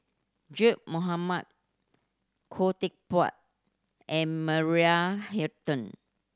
Zaqy Mohamad Khoo Teck Puat and Maria Hertogh